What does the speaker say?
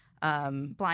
Blind